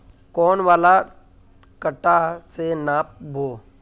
कौन वाला कटा से नाप बो?